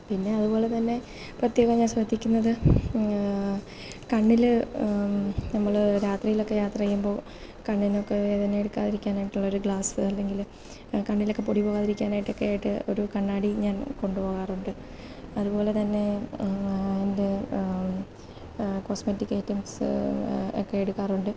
പിന്നെ അതുപോലെ തന്നെ പ്രത്യേകം ഞാൻ ശ്രദ്ധിക്കുന്നത് കണ്ണിൽ നമ്മൾ രാത്രിയിലൊക്കെ യാത്ര ചെയ്യുമ്പോൾ കണ്ണിനൊക്കെ വേദന എടുക്കാതിരിക്കാൻ ആയിട്ടുള്ള ഒരു ഗ്ലാസ് അല്ലെങ്കിൽ കണ്ണിലൊക്കെ പൊടി പോകാതിരിക്കാൻ ആയിട്ടൊക്കെ ആയിട്ട് ഒരു കണ്ണാടി ഞാൻ കൊണ്ടുപോകാറുണ്ട് അതുപോലെതന്നെ എൻ്റെ കോസ്മെറ്റിക് ഐറ്റംസ് ഒക്കെ എടുക്കാറുണ്ട്